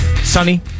Sunny